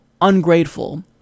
ungrateful